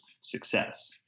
success